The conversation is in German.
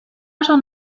schon